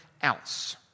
else